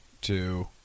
two